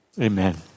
Amen